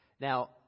Now